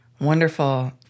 Wonderful